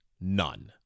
None